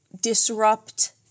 disrupt